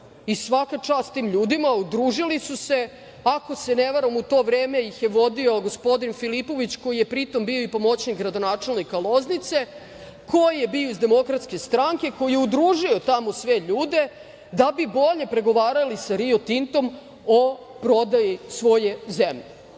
i svaka čast tim ljudima, udružili su se, ako se ne varam, u to vreme ih je vodio gospodin Filipović koji je pritom bio i pomoćnik gradonačelnika Loznice, koji je bio iz DS, koji je udružio tamo sve ljude da bi bolje pregovarali sa Rio Tintom o prodaji svoje zemlje. Neki